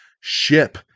ship